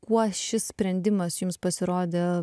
kuo šis sprendimas jums pasirodė